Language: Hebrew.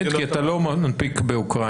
כי אתה לא מנפיק באוקראינה,